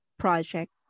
project